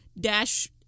dash